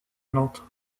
nantes